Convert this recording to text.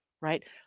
right